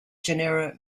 genera